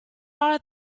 are